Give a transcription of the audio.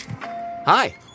Hi